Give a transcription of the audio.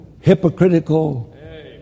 hypocritical